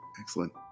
Excellent